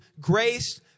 grace